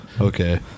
okay